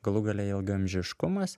galų gale ilgaamžiškumas